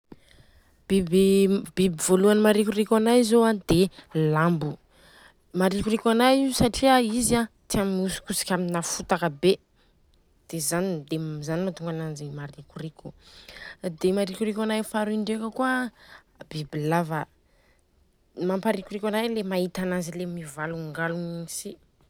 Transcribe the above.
Biby, biby voaloany marikoriko anay zô a dia lambo. Marikoriko anay io satria izy a tia miosokosaka amina fotaka be, dia zany dia zany mantonga ananjy marikoriko. Dia marikoriko anay faharoy ndreka koa a dia biby lava. Mamparikoriko anay le mahita ananjy mivalongalogna iny si.